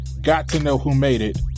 got-to-know-who-made-it